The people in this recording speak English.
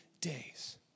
days